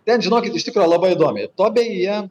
ten žinokit iš tikro labai įdomiai tobiai jie